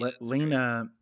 Lena